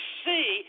see